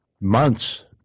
months